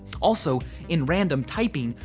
also, in random typing,